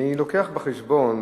אני לוקח בחשבון